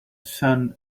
sun